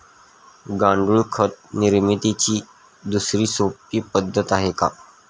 गांडूळ खत निर्मितीची दुसरी सोपी पद्धत आहे का?